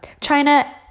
China